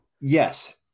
Yes